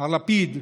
מר לפיד,